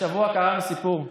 השבוע קראנו סיפור,